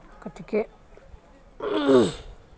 গতিকে